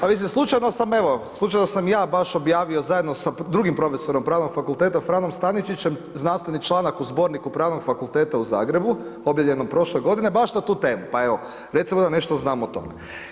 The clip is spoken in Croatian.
Ali slučajno sam, evo, slučajno sam ja baš objavio zajedno sa drugim prof. Pravnog fakulteta, Franom Staničićem, znanstveni članak u Zborniku Pravnog fakulteta u Zagrebu, objavljenom prošle godine baš na tu temu, pa evo recimo da nešto znamo o tome.